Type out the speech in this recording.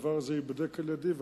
הדבר הזה ייבדק על-ידי,